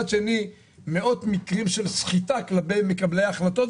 מאות מקרים של סחיטה כלפי מקבלי החלטות,